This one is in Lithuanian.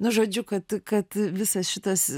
na žodžiu kad kad visas šitas